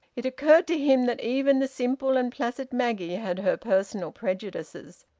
it occurred to him that even the simple and placid maggie had her personal prejudices,